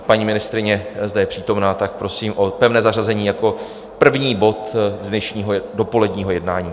Paní ministryně zde je přítomna, tak prosím o pevné zařazení jako prvního bodu dnešního dopoledního jednání.